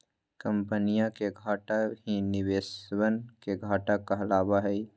कम्पनीया के घाटा ही निवेशवन के घाटा कहलावा हई